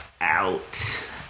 out